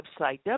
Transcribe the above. website